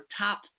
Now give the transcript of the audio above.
top